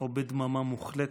או בדממה מוחלטת,